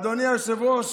אדוני היושב-ראש,